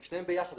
הם שניהם יחד.